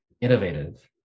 innovative